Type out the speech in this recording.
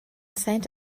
saint